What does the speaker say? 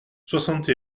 soixante